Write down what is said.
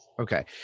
Okay